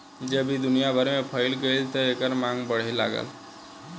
जब ई दुनिया भर में फइल गईल त एकर मांग बढ़े लागल